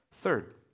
Third